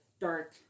dark